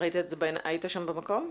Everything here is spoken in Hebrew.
היית שם במקום?